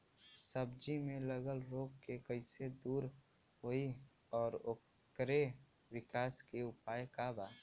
सब्जी में लगल रोग के कइसे दूर होयी और ओकरे विकास के उपाय का बा?